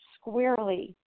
squarely